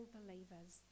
believers